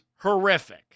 horrific